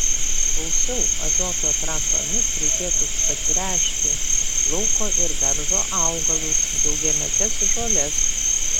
gausiau azoto trąšomis reikėtų patręšti lauko ir daržo augalus daugiametes žoles